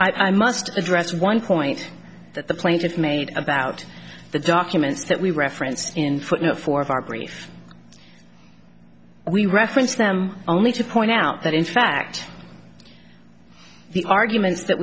i must address one point that the plaintiff made about the documents that we referenced in footnote four of our brief and we referenced them only to point out that in fact the arguments that